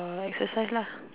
exercise lah